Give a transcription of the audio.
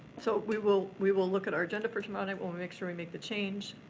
so we will we will look at our agenda for tomorrow night, we'll make sure we make the change.